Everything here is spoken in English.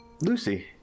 Lucy